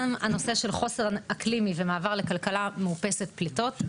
גם הנושא של חוסן אקלימי ומעבר לכלכלה מאופסת פליטות,